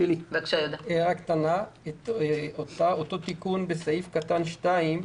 אותו תיקון בפסקה (2),